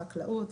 חקלאות,